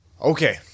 Okay